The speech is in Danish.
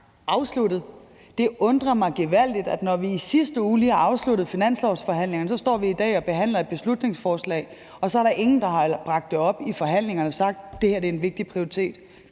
Det undrer mig gevaldigt, når vi i sidste uge lige har afsluttet finanslovsforhandlingerne og vi så i dag står og behandler et beslutningsforslag, at ingen bragte det op i forhandlingerne og sagde, at det her er en vigtig prioritet,